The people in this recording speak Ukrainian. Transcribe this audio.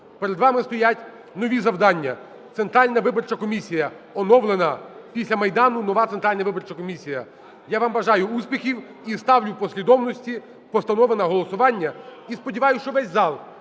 Перед вами стоять нові завдання. Центральна виборча комісія, оновлена після Майдану, нова Центральна виборча комісія. Я вам бажаю успіхів. І ставлю в послідовності постанови на голосування. І сподіваюся, що весь зал